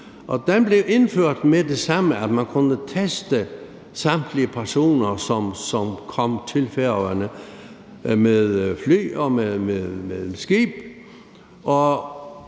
og den blev indført med det samme, altså at man kunne teste samtlige personer, som kom til Færøerne med fly og med skib,